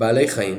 בעלי חיים,